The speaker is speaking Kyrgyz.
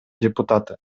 депутаты